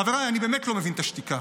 חבריי, אני באמת לא מבין את השתיקה.